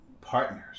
partners